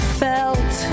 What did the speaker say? felt